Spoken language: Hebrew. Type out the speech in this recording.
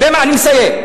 אני מסיים.